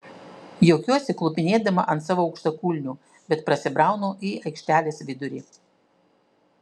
juokiuosi klupinėdama ant savo aukštakulnių bet prasibraunu į aikštelės vidurį